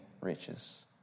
riches